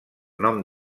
nom